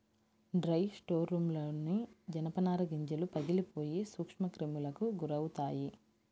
dry స్టోర్రూమ్లోని జనపనార గింజలు పగిలిపోయి సూక్ష్మక్రిములకు గురవుతాయి